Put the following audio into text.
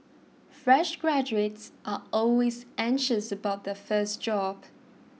fresh graduates are always anxious about their first job